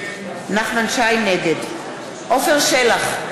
נגד עפר שלח,